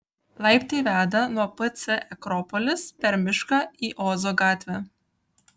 laiptai veda nuo pc akropolis per mišką į ozo gatvę